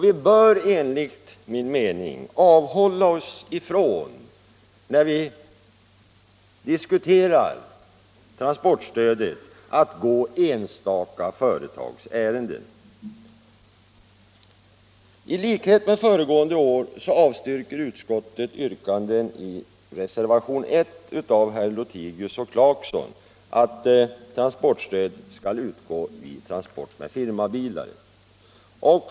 Vi bör enligt min mening när vi diskuterar transportstödet avhålla oss ifrån att gå enstaka företags ärenden. I likhet med föregående år avstyrker utskottet yrkandet i reservationen I av herrar Lothigius och Clarkson att transportstöd skall utgå till transporter med firmabilar.